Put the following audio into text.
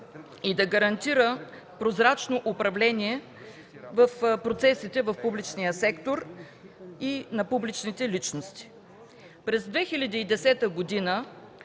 и да гарантира прозрачно управление в процесите в публичния сектор на публичните личности. През 2010 г.